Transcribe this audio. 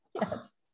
yes